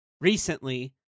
recently